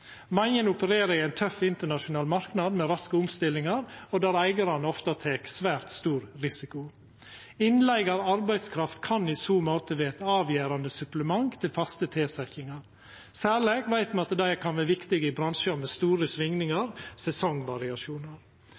Mange opererer i ein tøff internasjonal marknad med raske omstillingar der eigarane ofte tek svært stor risiko. Innleige av arbeidskraft kan i så måte vera eit avgjerande supplement til faste tilsetjingar. Særleg veit me at det kan vera viktig i bransjar med store svingingar,